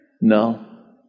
No